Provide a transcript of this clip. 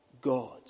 God